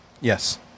Yes